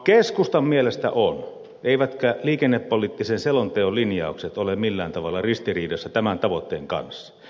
keskustan mielestä on eivätkä liikennepoliittisen selonteon linjaukset ole millään tavalla ristiriidassa tämän tavoitteen kanssa